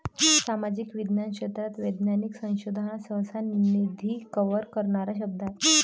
सामाजिक विज्ञान क्षेत्रात वैज्ञानिक संशोधन हा सहसा, निधी कव्हर करणारा शब्द आहे